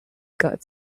got